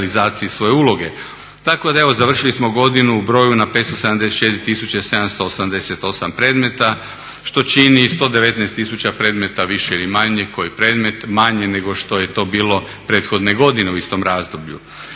Tako da evo završili smo godinu u broju na 574 tisuće 788 predmeta, što čini 119 tisuća predmeta više ili manje, koji predmet manje nego što je to bilo prethodne godine u istom razdoblju.